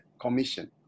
commission